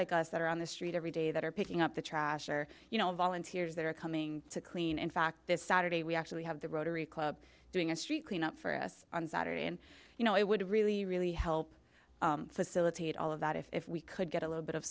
like us that are on the street every day that are picking up the trash or you know volunteers that are coming to clean in fact this saturday we actually have the rotary club doing a street cleanup for us on saturday and you know it would really really help facilitate all of that if we could get a little bit of